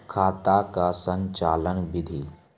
खाता का संचालन बिधि?